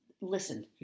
Listen